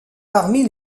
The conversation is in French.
parmi